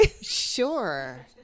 sure